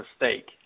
mistake